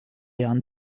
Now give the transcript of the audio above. jahren